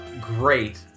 Great